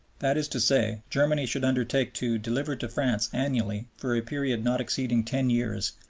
that is to say, germany should undertake to deliver to france annually, for a period not exceeding ten years,